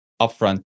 upfront